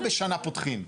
זה, כמה בשנה פותחים?